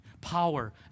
power